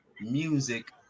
music